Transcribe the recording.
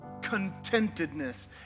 contentedness